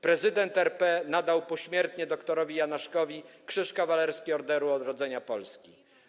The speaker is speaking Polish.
Prezydent RP nadał pośmiertnie dr. Janaszkowi Krzyż Kawalerski Orderu Odrodzenia Polski.